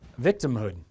victimhood